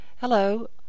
Hello